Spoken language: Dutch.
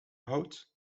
houdt